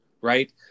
right